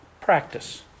Practice